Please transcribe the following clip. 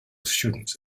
students